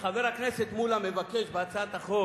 כשחבר הכנסת מולה מבקש בהצעת החוק